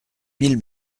mille